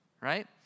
right